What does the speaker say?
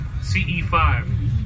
CE5